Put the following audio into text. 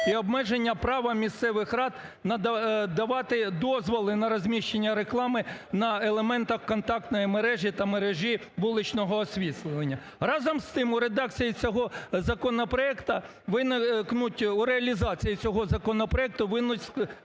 і обмеження права місцевих рад давати дозволи на розміщення реклами на елементах контактної мережі та мережі вуличного освітлення. Разом з тим, у редакції цього законопроекту виникнуть…